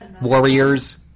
Warriors